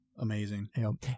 Amazing